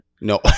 No